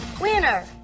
winner